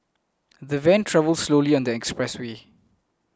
the van travelled slowly on the expressway